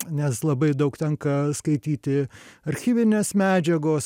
nes labai daug tenka skaityti archyvinės medžiagos